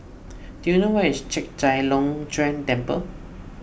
do you know where is Chek Chai Long Chuen Temple